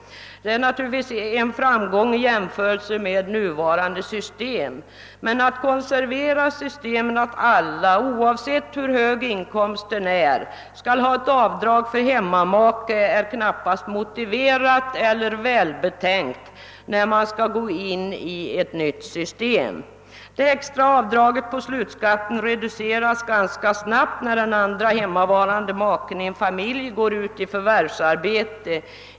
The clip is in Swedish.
Det är naturligtvis en framgång i jämförelse med nuvarande system. Men att konservera ordningen att alla, oavsett hur hög deras inkomst är, skall ha ett avdrag för hemmamake är knappast motiverat eller välbetänkt inför en övergång till ett nytt system. Det extra avdraget på slutskatten reduceras ganska snabbt när den andra hemmavarande maken i en familj går ut i förvärvsarbete.